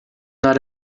not